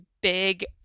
big